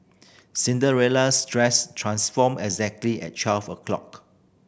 Cinderella's dress transformed exactly at twelve o'clock